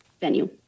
venue